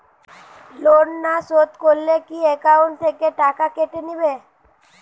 Loan না শোধ করলে কি একাউন্ট থেকে টাকা কেটে নেবে?